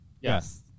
Yes